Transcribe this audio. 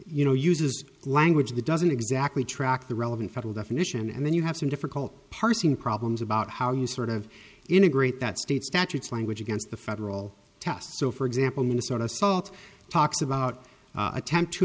you know uses language that doesn't exactly track the relevant federal definition and then you have some difficult parsing problems about how you sort of integrate that state statutes language against the federal test so for example minnesota salt talks about attempt to